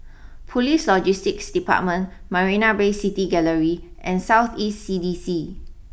police Logistics Department Marina Bay City Gallery and South East C D C